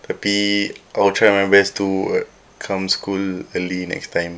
tapi I will try my best to come school early next time